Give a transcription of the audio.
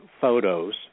photos